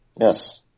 Yes